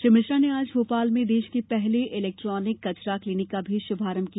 श्री मिश्रा ने आज भोपाल में देश क पहले इलेक्ट्रानिक कचरा क्लीनिक का भी शुभारंभ किया